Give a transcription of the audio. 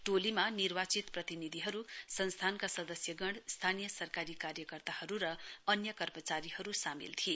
टोलीमा निर्वाचित प्रतिनिधिहरू संस्थानका सदस्यगण स्थानीय सरकारी कार्यकर्ताहरू र अन्य कर्मचारीहरू सामेल थिए